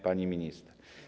Pani Minister!